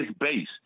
base